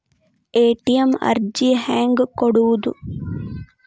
ATM ಅರ್ಜಿ ಹೆಂಗೆ ಕೊಡುವುದು?